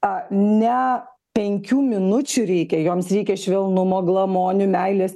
ne penkių minučių reikia joms reikia švelnumo glamonių meilės